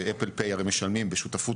ש- Apple payהרי משלמים בשותפות,